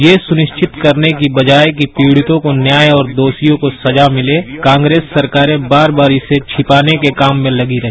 ये सुनिश्चित करने की बजाए कि पीड़ितों को न्याय और दोषियों को सजा मिले कांग्रेस सरकारें बार बार इसे छिपाने के काम में लगी रही